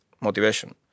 motivation